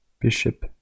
Bishop